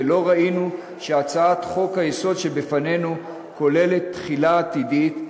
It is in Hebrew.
ולא ראינו שהצעת חוק-היסוד שבפנינו כוללת תחילה עתידית,